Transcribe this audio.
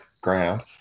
ground